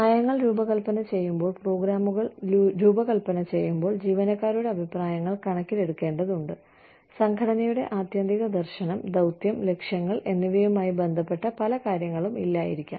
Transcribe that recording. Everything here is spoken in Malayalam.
നയങ്ങൾ രൂപകൽപന ചെയ്യുമ്പോൾ പ്രോഗ്രാമുകൾ രൂപകൽപ്പന ചെയ്യുമ്പോൾ ജീവനക്കാരുടെ അഭിപ്രായങ്ങൾ കണക്കിലെടുക്കേണ്ടതുണ്ട് സംഘടനയുടെ ആത്യന്തിക ദർശനം ദൌത്യം ലക്ഷ്യങ്ങൾ എന്നിവയുമായി ബന്ധപ്പെട്ട പല കാര്യങ്ങളും ഇല്ലായിരിക്കാം